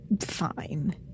fine